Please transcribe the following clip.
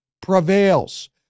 prevails